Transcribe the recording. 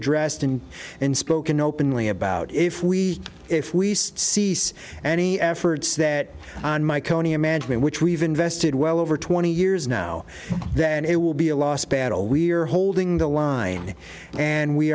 addressed and and spoken openly about if we if we cease and any efforts that on my county amendment which we've invested well over twenty years now then it will be a lost battle we are holding the line and we